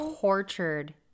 tortured